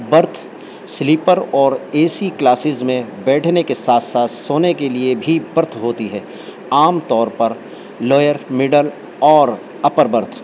birth sleeper اور A C classes میں بیٹھنے کے ساتھ ساتھ سونے کے لیے بھی برتھ ہوتی ہے عام طور پر لوئر مڈل اور اپر برتھ